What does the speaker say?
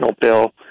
bill